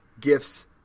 gifts